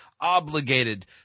obligated